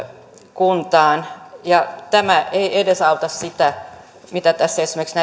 kuntaan ja tämä ei auta siinä mitä esimerkiksi